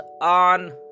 on